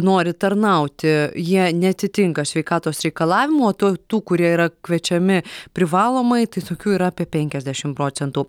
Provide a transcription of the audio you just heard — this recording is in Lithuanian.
nori tarnauti jie neatitinka sveikatos reikalavimų o to tų kurie yra kviečiami privalomai tai tokių yra apie penkiasdešim procentų